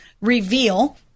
reveal